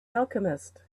alchemist